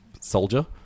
soldier